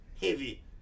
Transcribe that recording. Heavy